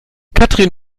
katrin